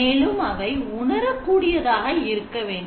மேலும் அவை உணரக் கூடியதாக இருக்க வேண்டும்